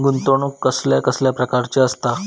गुंतवणूक कसल्या कसल्या प्रकाराची असता?